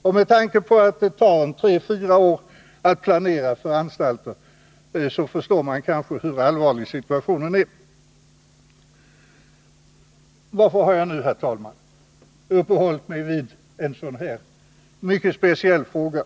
Och med tanke på att det tar tre fyra år att planera för en anstalt förstår man kanske hur allvarlig situationen är. Varför har jag nu, herr talman, uppehållit mig vid en sådan här mycket speciell fråga?